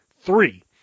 three